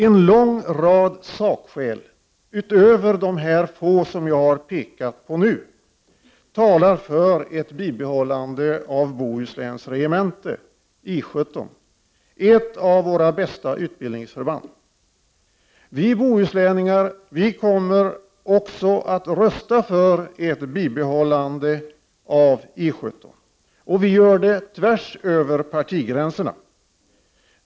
En lång rad sakskäl utöver de få som jag har framhållit nu talar för ett bibehållande av Bohusläns regemente, I 17, som är ett av våra bästa utbildningsförband. Vi bohuslänningar kommer också att rösta för ett bibehållande av I 17 och vi gör det tvärsöver partigränserna.